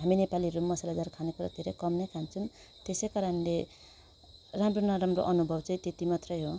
हामी नेपालीहरू मसालेदार खानेकुरो धेरै कम नै खान्छौँ त्यसै कारणले राम्रो नराम्रो अनुभव चाहिँ त्यत्ति मात्रै हो